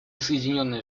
соединенные